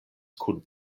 kun